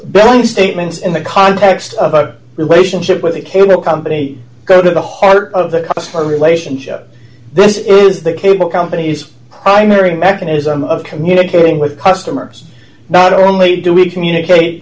billing statements in the context of a relationship with a cable company go to the heart of the us for relationship this is the cable company's primary mechanism of communicating with customers not only do we communicate